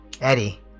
Eddie